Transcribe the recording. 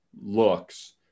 looks